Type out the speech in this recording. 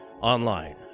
online